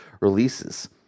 releases